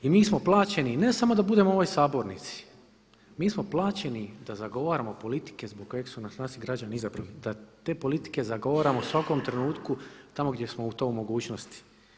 I mi smo plaćeni ne samo da budemo u ovoj sabornici, mi smo plaćeni da zagovaramo politike zbog kojeg su nas naši građani izabrali, da te politike zagovaramo u svakom trenutku tamo gdje smo to u mogućnosti.